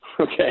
okay